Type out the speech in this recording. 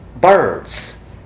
birds